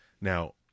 Now